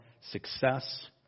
success